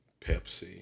Pepsi